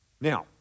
Now